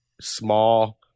small